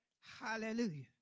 Hallelujah